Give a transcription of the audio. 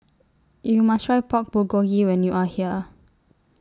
YOU must Try Pork Bulgogi when YOU Are here